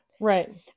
Right